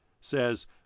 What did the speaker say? says